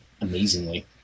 amazingly